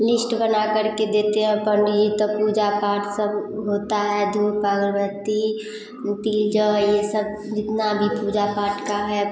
list बनाकर के देते हैं और पंडित जी तब पूजा पाठ सब होता है धूप अगरबत्ती तीजा ये सब जितना भी पूजा पाठ का है